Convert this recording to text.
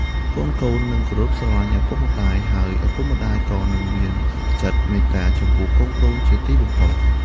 កូនៗនឹងគោរពស្រឡាញ់ឪពុកម្ដាយ ហើយឪពុកម្ដាយក៏នឹងមានចិត្តមេត្តាចំពោះកូនៗជាទីបំផុត។